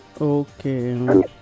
okay